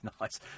nice